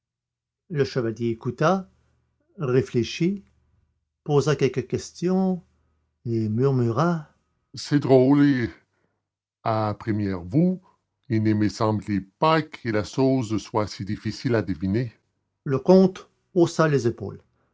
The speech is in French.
le chevalier écouta réfléchit posa quelques interrogations et murmura c'est drôle à première vue il ne me semble pas que la chose soit si difficile à deviner le comte haussa les épaules